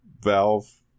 Valve